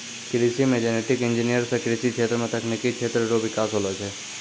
कृषि मे genetic engineer से कृषि क्षेत्र मे तकनिकी क्षेत्र रो बिकास होलो छै